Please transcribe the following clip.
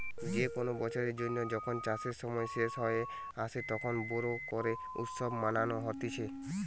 যে কোনো বছরের জন্য যখন চাষের সময় শেষ হয়ে আসে, তখন বোরো করে উৎসব মানানো হতিছে